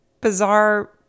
bizarre